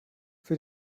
für